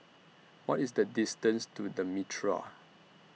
What IS The distance to The Mitraa